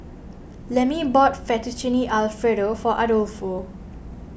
Lemmie bought Fettuccine Alfredo for Adolfo